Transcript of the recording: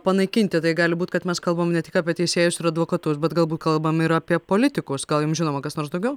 panaikinti tai gali būti kad mes kalbam ne tik apie teisėjus ir advokatus bet galbūt kalbam ir apie politikus gal jum žinoma kas nors daugiau